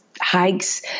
hikes